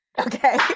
Okay